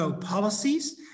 policies